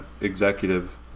executive